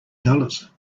dollars